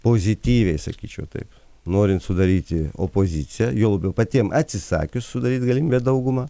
pozityviai sakyčiau taip norint sudaryti opoziciją juo labiau patiem atsisakius sudaryt galimybę daugumą